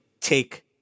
take